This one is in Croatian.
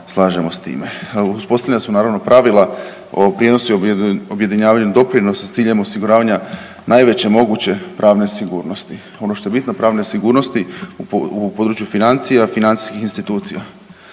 Uspostavljena su naravno, pravila o prijenosu i objedinjavanju doprinosa s ciljem osiguravanja najveće moguće pravne sigurnosti. Ono što je bitno, pravne sigurnosti u području financija, financijskih institucija.